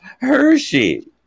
Hershey